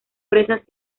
presas